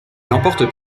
l’emporte